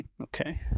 Okay